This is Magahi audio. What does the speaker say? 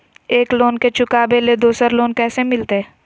एक लोन के चुकाबे ले दोसर लोन कैसे मिलते?